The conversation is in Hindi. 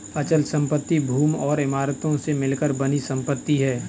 अचल संपत्ति भूमि और इमारतों से मिलकर बनी संपत्ति है